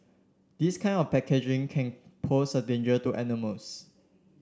this kind of packaging can pose a danger to animals